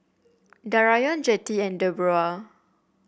Darrion Jettie and Debroah